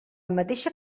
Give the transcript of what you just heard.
mateixa